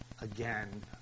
again